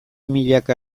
milaka